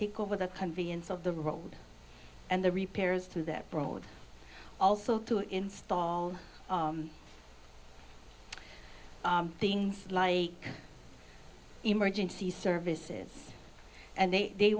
takeover the convenience of the road and the repairs to that road also to install things like emergency services and they they